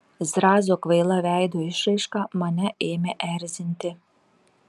zrazo kvaila veido išraiška mane ėmė erzinti